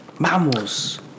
Vamos